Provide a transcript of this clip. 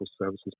services